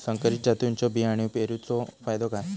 संकरित जातींच्यो बियाणी पेरूचो फायदो काय?